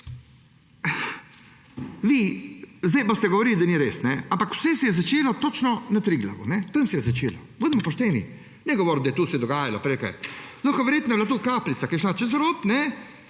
boste govorili, da ni res, ampak vse se je začelo točno na Triglavu. Tam se je začelo, bodimo pošteni. Ne govoriti, da se je to dogajalo prej. Lahko, verjetno, da je bila to kapljica, ki je šla čez rob